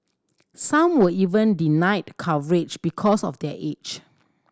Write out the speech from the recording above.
some were even denied coverage because of their age